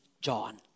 John